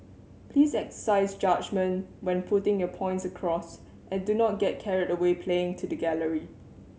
please exercise judgement when putting your points across and do not get carried away playing to the gallery